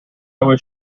was